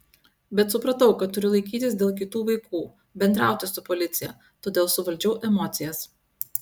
bet supratau kad turiu laikytis dėl kitų vaikų bendrauti su policija todėl suvaldžiau emocijas